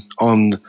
on